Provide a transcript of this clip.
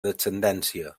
descendència